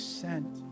sent